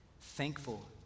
thankful